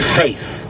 faith